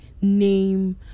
name